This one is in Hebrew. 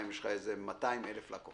כאשר יש לך 200,000 לקוחות